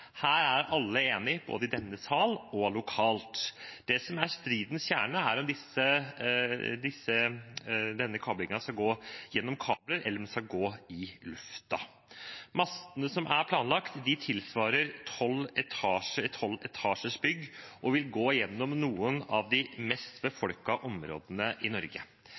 Her er alle enige, både i denne sal og lokalt. Det som er stridens kjerne, er om dette skal gå gjennom kabler, eller om det skal gå i luften. Mastene som er planlagt, tilsvarer et tolv etasjers bygg og vil gå gjennom noen av de mest befolkede områdene i Norge.